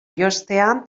jostea